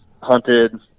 hunted